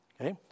Okay